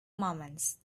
moments